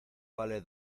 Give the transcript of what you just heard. vale